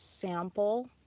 sample